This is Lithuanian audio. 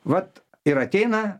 vat ir ateina